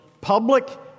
public